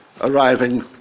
arriving